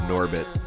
Norbit